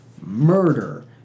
murder